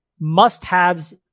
must-haves